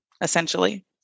essentially